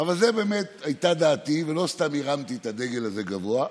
אבל זאת באמת הייתה דעתי ולא סתם הרמתי את הדגל הזה גבוה,